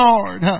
Lord